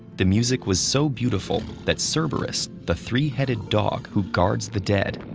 the music was so beautiful that so cerberus, the three-headed dog who guards the dead,